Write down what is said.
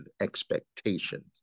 expectations